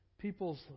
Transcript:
people's